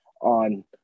on